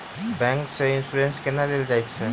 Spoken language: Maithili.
बैंक सँ इन्सुरेंस केना लेल जाइत अछि